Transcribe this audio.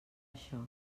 això